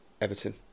Everton